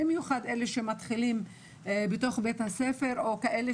במיוחד אלה שמתחילים בתוך בית הספר או כאלה